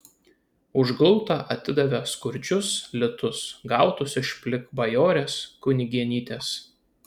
už gultą atidavė skurdžius litus gautus iš plikbajorės kunigėnytės